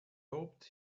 hoped